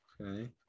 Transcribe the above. okay